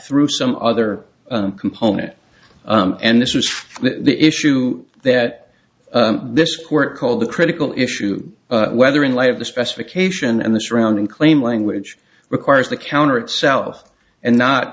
through some other component and this was the issue that this court called the critical issue whether in light of the specification and the surrounding claim language requires the counter itself and not